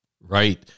Right